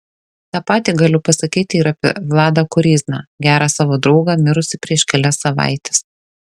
tą patį galiu pasakyti ir apie vladą koryzną gerą savo draugą mirusį prieš kelias savaites